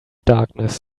darkness